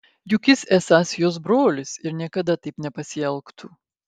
juk jis esąs jos brolis ir niekada taip nepasielgtų